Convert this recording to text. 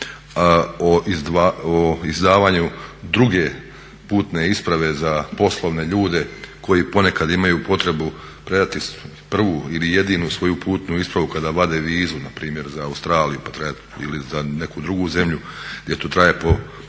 o izdavanju druge putne isprave za poslovne ljude koji ponekad imaju potrebu predati prvu ili jedinu svoju putnu ispravu kada vade vizu na primjer za Australiju pa treba ili za neku drugu zemlju gdje to traje po